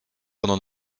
qu’on